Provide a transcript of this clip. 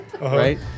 right